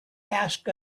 ask